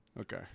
Okay